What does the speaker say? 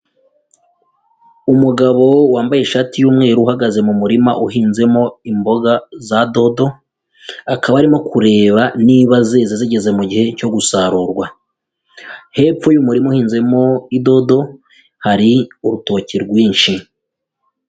Umugabo wambaye ishati y'umweru uhagaze mu murima uhinzemo imboga za dodo, akaba arimo kureba niba zeze zigeze mu gihe cyo gusarurwa, hepfo y'umurima uhinzemo idodo hari urutoki rwinshi.